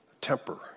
temper